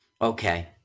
Okay